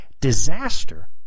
disaster